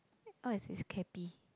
what is